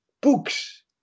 Books